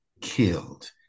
killed